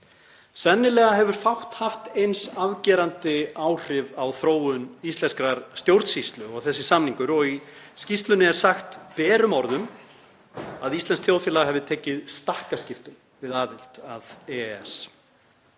Sennilega hefur fátt haft eins afgerandi áhrif á þróun íslenskrar stjórnsýslu og þessi samningur og í skýrslunni er sagt berum orðum að íslenskt þjóðfélag hafi tekið stakkaskiptum við aðild að EES.